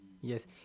yes